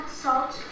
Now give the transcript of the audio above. salt